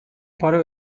para